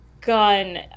gun